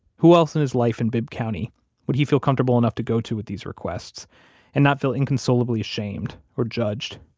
who else in his life in bibb county would he feel comfortable enough to go to with these requests and not feel inconsolably ashamed or judged,